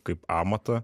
kaip amatą